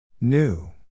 New